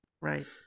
Right